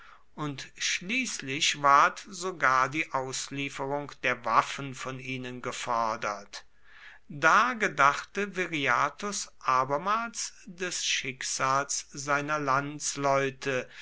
und schließlich ward sogar die auslieferung der waffen von ihnen gefordert da gedachte viriathus abermals des schicksals seiner landsleute